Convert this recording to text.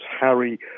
Harry